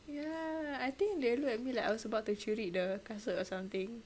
ya I think they look at me like I was about to curi the kasut or something